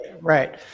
right